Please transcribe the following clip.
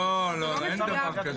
לא, אין דבר כזה.